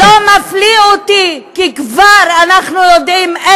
לא מפליא אותי, כי אנחנו כבר יודעים, תודה.